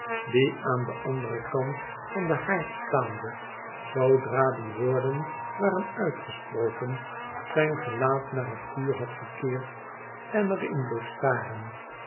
die aan den anderen kant van den haard staande zoodra die woorden waren uitgesproken zijn gelaat naar het vuur had gekeerd en er in bleef staren